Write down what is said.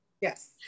Yes